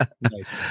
Nice